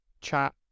chat